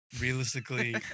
realistically